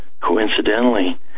coincidentally